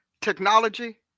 Technology